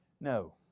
No